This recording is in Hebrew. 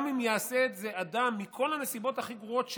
גם אם יעשה את זה אדם מכל הנסיבות הכי גרועות שיש,